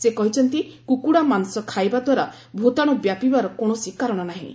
ସେ କହିଛନ୍ତି କୁକୁଡ଼ା ମାଂସ ଖାଇବା ଦ୍ୱାରା ଭତାଣୁ ବ୍ୟାପିବାର କୌଣସି କାରଣ ନାହିଁ